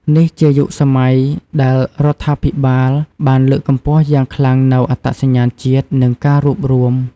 នេះជាយុគសម័យដែលរដ្ឋាភិបាលបានលើកកម្ពស់យ៉ាងខ្លាំងនូវអត្តសញ្ញាណជាតិ និងការរួបរួម។